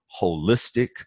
holistic